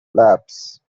relapse